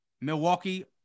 Milwaukee